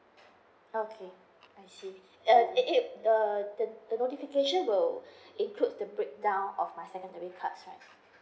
okay I see uh it the the the notification will includes the breakdown of my secondary card right